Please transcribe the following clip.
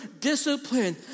discipline